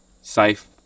safe